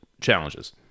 Challenges